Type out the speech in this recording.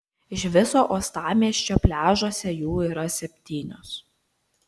iš viso uostamiesčio pliažuose jų yra septynios